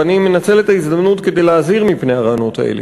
ואני מנצל את ההזדמנות כדי להזהיר מפני הרעיונות האלה.